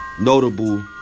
notable